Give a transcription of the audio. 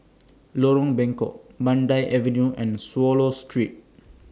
Lorong Bengkok Mandai Avenue and Swallow Street